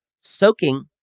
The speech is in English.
soaking